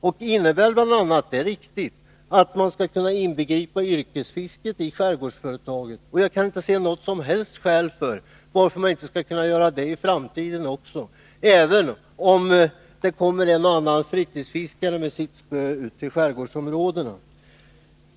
Det innebär bl.a. — och det är riktigt — att man skall kunna inbegripa yrkesfisket i skärgårdsföretaget. Jag kan inte se något som helst skäl till varför man inte skulle kunna göra det också i framtiden, även om en och annan fritidsfiskare kommer ut med sitt spö till skärgårdsområdena.